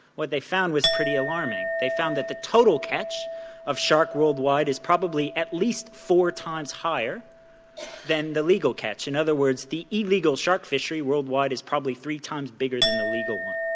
what they found was pretty alarming they found that the total catch of shark worldwide is probably at least four times higher than the legal catch. in other words, the illegal shark fishery worldwide is probably three times bigger than the legal one.